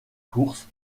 course